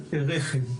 רכב.